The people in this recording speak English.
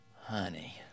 honey